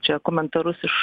čia komentarus iš